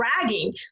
dragging